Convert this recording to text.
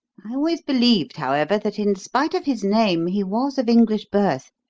i always believed, however, that in spite of his name he was of english birth.